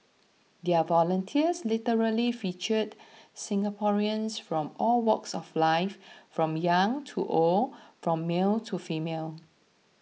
their volunteers literally featured Singaporeans from all walks of life from young to old from male to female